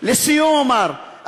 לסיום אומַר,